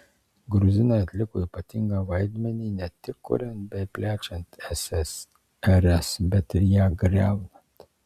gruzinai atliko ypatingą vaidmenį ne tik kuriant bei plečiant ssrs bet ir ją griaunant